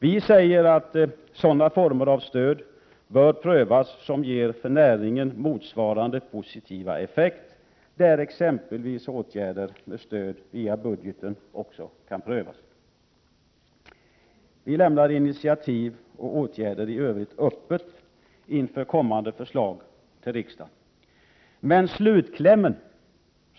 Vi säger att sådana former av stöd bör prövas som ger positiv effekt för näringen och att också åtgärder med stöd via budgeten kan prövas. I övrigt lämnar vi frågan om initiativ och åtgärder öppen, inför det kommande förslaget till riksdagen.